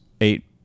eight